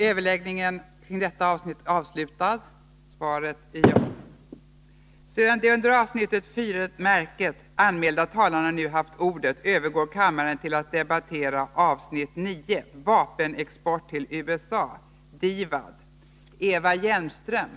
Sedan de under avsnittet Serafimerlasarettets portalbyggnader anmälda talarna nu haft ordet övergår kammaren till att debattera avsnitt 15: Regeringens handläggning av de s.k. blockbetygen.